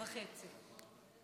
וחצי.